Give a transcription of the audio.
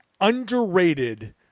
underrated